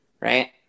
right